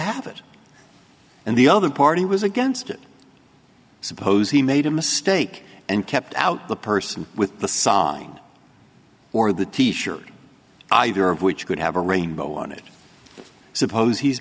have it and the other party was against it suppose he made a mistake and kept out the person with the sign or the t shirt either of which could have a rainbow on it suppose he's